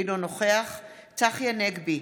אינו נוכח צחי הנגבי,